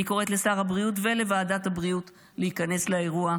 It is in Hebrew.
אני קוראת לשר הבריאות ולוועדת הבריאות להיכנס לאירוע.